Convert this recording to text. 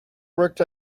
worked